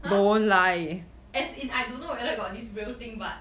!huh! as I don't know whether you got this real thing but